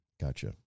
Gotcha